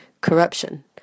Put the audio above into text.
corruption